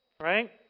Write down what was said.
Right